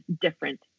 different